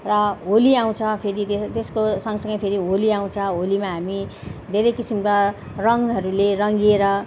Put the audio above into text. र होली आउँछ फेरि त्यसो त्यसको सँगसँगै फेरि होली आउँछ होलीमा हामी धेरै किसिमका रङहरूले रङिएर